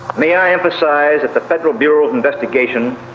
may i emphasise that the federal bureau of investigation